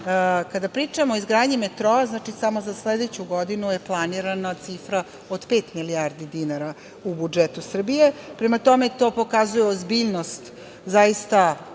pričamo o izgradnji metroa, samo za sledeću godinu je planirana cifra od pet milijardi dinara u budžetu Srbije. Prema tome, to pokazuje ozbiljnost zaista